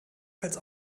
als